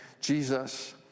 Jesus